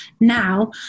now